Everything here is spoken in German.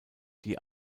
die